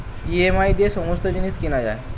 EMI দিয়ে সমস্ত জিনিস কেনা যায়